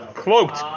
Cloaked